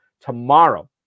tomorrow